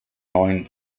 neuen